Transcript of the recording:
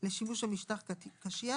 לשימוש על משטח קשיח